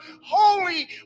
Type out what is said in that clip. holy